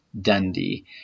Dundee